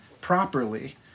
properly